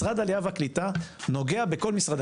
משרד העלייה והקליטה נוגע בכל משרדי